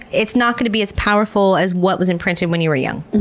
it's not going to be as powerful as what was imprinted when you were young.